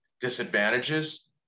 disadvantages